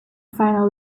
final